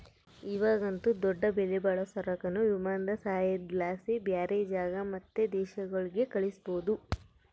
ಇವಾಗಂತೂ ದೊಡ್ಡ ಬೆಲೆಬಾಳೋ ಸರಕುನ್ನ ವಿಮಾನದ ಸಹಾಯುದ್ಲಾಸಿ ಬ್ಯಾರೆ ಜಾಗ ಮತ್ತೆ ದೇಶಗುಳ್ಗೆ ಕಳಿಸ್ಬೋದು